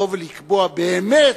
לבוא ולקבוע באמת,